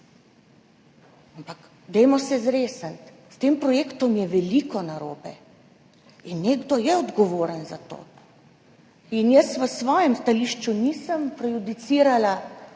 ampak dajmo se zresniti. S tem projektom je veliko narobe in nekdo je odgovoren za to. Jaz v svojem stališču nisem prejudicirala